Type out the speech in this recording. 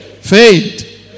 Faith